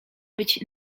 być